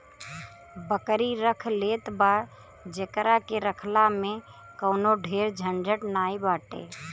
बकरी रख लेत बा जेकरा के रखला में कवनो ढेर झंझट नाइ बाटे